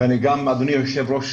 היושב ראש,